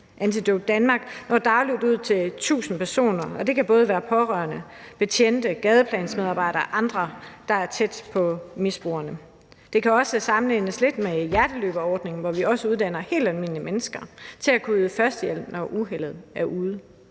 Antidote Danmark når dagligt ud til 1.000 personer, og det kan både være pårørende, betjente, gadeplansmedarbejdere og andre, der er tæt på misbrugerne. Det kan også sammenlignes lidt med hjerteløberordningen, hvor vi også uddanner helt almindelige mennesker til at kunne yde førstehjælp, når uheldet er ude.